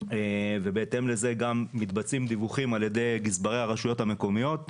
ובהתאם לזה גם מתבצעים דיווחים על ידי גזברי הרשויות המקומיות.